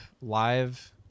live